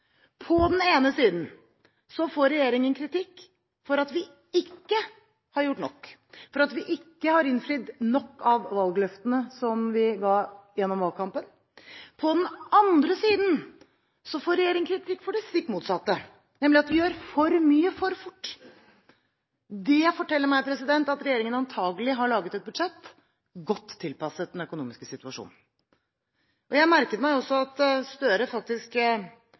På den ene siden får regjeringen kritikk for at vi ikke har gjort nok, for at vi ikke har innfridd nok av valgløftene som vi ga gjennom valgkampen. På den andre siden får regjeringen kritikk for det stikk motsatte, nemlig at vi gjør for mye for fort. Det forteller meg at regjeringen antakelig har laget et budsjett godt tilpasset den økonomiske situasjonen. Jeg merket meg også at Støre faktisk